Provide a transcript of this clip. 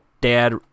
dad